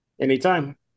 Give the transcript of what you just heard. Anytime